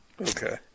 Okay